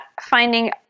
finding